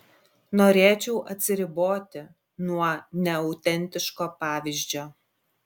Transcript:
norėčiau atsiriboti nuo neautentiško pavyzdžio